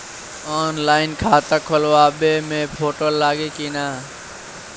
Online खाता खोलबाबे मे फोटो लागि कि ना?